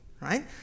right